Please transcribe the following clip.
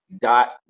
dot